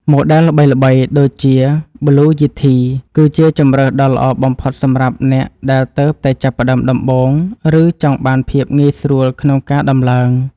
ម៉ូដែលល្បីៗដូចជាប៊្លូ យីធីគឺជាជម្រើសដ៏ល្អបំផុតសម្រាប់អ្នកដែលទើបតែចាប់ផ្តើមដំបូង ឬចង់បានភាពងាយស្រួលក្នុងការដំឡើង។